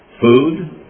food